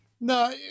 No